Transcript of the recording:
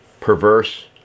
perverse